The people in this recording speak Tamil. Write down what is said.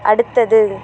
அடுத்தது